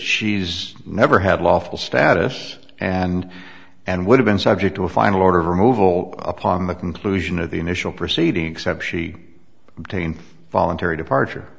she's never had lawful status and and would have been subject to a final order of removal upon the conclusion of the initial proceeding except she obtained voluntary departure